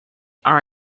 are